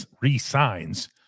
resigns